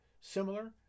Similar